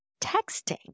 texting